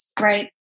right